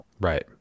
Right